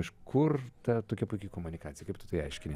iš kur ta tokia puiki komunikacija kaip tu tai aiškini